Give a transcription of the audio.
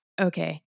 okay